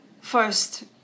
first